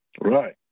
Right